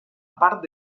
part